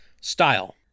Style